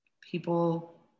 people